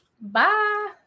Bye